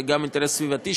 וגם האינטרס הסביבתי,